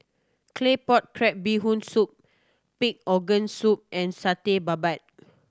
Claypot Crab Bee Hoon Soup pig organ soup and Satay Babat